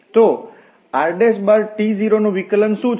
તો rt0 નું વિકલન શું છે